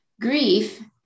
Grief